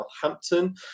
Southampton